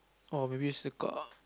or maybe is the car